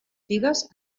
figues